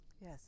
Yes